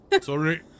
Sorry